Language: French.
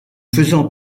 faisant